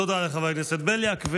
תודה לחבר הכנסת בליאק.